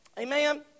Amen